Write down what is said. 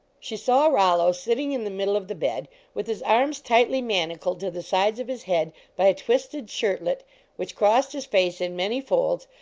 she saw rollo sitting in the middle of the bed with his arms tightly manacled to the sides of his head by a twisted shirtlet which crossed his face in many folds,